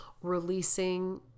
releasing